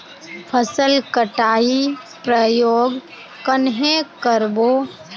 फसल कटाई प्रयोग कन्हे कर बो?